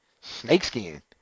Snakeskin